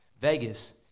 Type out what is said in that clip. Vegas